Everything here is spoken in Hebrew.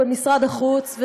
במשרד החוץ,